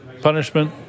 punishment